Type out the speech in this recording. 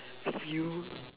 if you